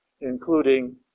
including